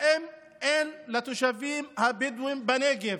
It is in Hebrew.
האם אין לתושבים הבדואים בנגב,